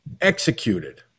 executed